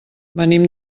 venim